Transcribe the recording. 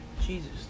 Jesus